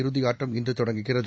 இறதி ஆட்டம் இன்று தொடங்குகிறது